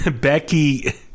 Becky